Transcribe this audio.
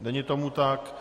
Není tomu tak.